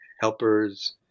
helpers